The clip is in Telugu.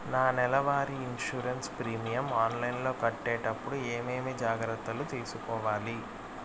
నా నెల వారి ఇన్సూరెన్సు ప్రీమియం ఆన్లైన్లో కట్టేటప్పుడు ఏమేమి జాగ్రత్త లు తీసుకోవాలి?